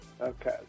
Okay